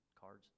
cards